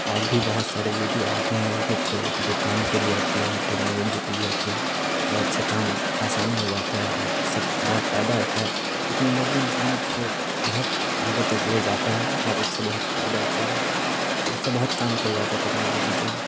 اور بھی بہت سارے ویڈیو آتے ہیں یو ٹوب پہ جو کام کے لیے ہوتی ہیں ٹیکنالوجی کے لیے ہوتی ہیں اور اس سے کام آسانی ہو جاتا ہے اور اس سے بہت فائدہ ہوتا ہے ٹیکنالوجی انسان کو بہت آگے تک لے جاتا ہے اور اس سے بہت فائدہ ہوتا ہے اور اس سے بہت کام کیا جاتا ہے ٹیکنالوجی سے